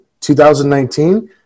2019